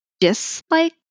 dislike